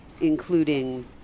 including